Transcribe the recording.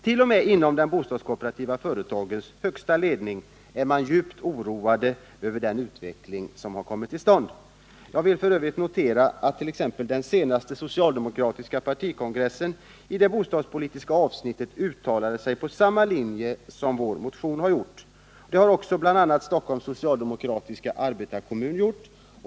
T. o. m. inom de bostadskooperativa företagens högsta ledningar är man djupt oroad av den utveckling som skett. Jag vill f.ö. notera att t.ex. den senaste socialdemokratiska partikongressen i det bostadspolitiska avsnittet uttalade sig i samma riktning som vår motion. Det har också bl.a. Stockholms socialdemokratiska arbetarkommun gjort.